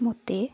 ମୋତେ